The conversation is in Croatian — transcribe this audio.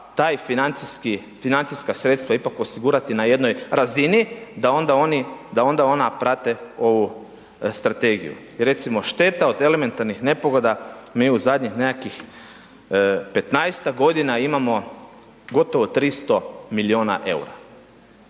financijska sredstva ipak osigurati na jednoj razini da onda oni, da onda ona prate ovu strategiju. I recimo šteta od elementarnih nepogoda mi u zadnjih nekakvih 15-tak godina imamo gotovo 300 miliona EUR-a.